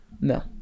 No